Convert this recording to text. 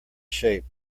shape